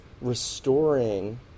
restoring